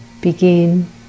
begin